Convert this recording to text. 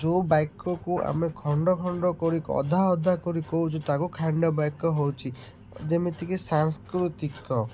ଯେଉଁ ବାକ୍ୟକୁ ଆମେ ଖଣ୍ଡ ଖଣ୍ଡ କରି ଅଧା ଅଧା କରି କହୁଛୁ ତାକୁ ଖାଣ୍ଡ ବାକ୍ୟ ହେଉଛି ଯେମିତିକି ସାଂସ୍କୃତିକ